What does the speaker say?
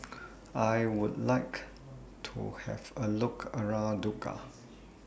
I Would like to Have A Look around Dhaka